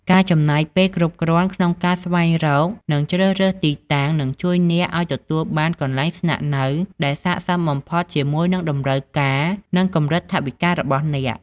ការចំណាយពេលគ្រប់គ្រាន់ក្នុងការស្វែងរកនិងជ្រើសរើសទីតាំង នឹងជួយអ្នកឱ្យទទួលបានកន្លែងស្នាក់នៅដែលស័ក្តិសមបំផុតជាមួយនឹងតម្រូវការនិងកម្រិតថវិការបស់អ្នក។